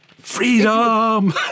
freedom